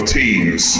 teams